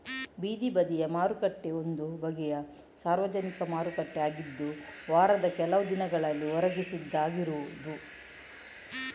ಬೀದಿ ಬದಿಯ ಮಾರುಕಟ್ಟೆ ಒಂದು ಬಗೆಯ ಸಾರ್ವಜನಿಕ ಮಾರುಕಟ್ಟೆ ಆಗಿದ್ದು ವಾರದ ಕೆಲವು ದಿನಗಳಲ್ಲಿ ಹೊರಗೆ ಸಿದ್ಧ ಆಗಿರುದು